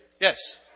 Yes